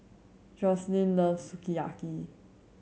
Joslyn loves Sukiyaki